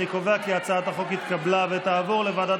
אני קובע כי הצעת החוק התקבלה ותעבור לוועדת